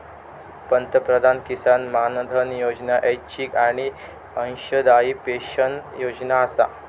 पंतप्रधान किसान मानधन योजना ऐच्छिक आणि अंशदायी पेन्शन योजना आसा